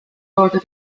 loodud